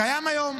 קיים היום.